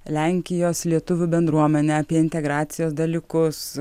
lenkijos lietuvių bendruomenę apie integracijos dalykus